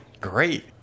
Great